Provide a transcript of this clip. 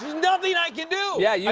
nothing i can do! yeah, yeah